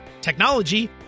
technology